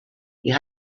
you